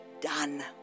done